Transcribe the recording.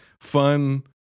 fun